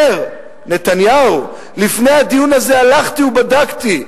אומר נתניהו: "לפני הדיון הזה הלכתי ובדקתי,